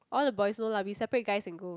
all the boys no lah we separate guys and girl